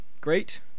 Great